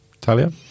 Talia